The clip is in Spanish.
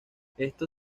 esto